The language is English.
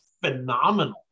phenomenal